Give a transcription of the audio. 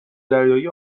دریایی